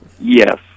Yes